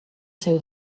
seu